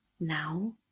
now